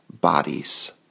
bodies